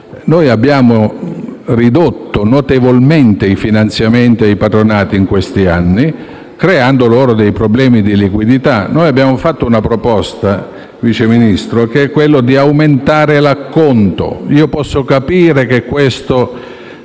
Abbiamo ridotto notevolmente i finanziamenti ai patronati in questi anni creando loro problemi di liquidità. Abbiamo quindi fatto una proposta, Vice Ministro, per aumentare l'acconto. Posso capire che questo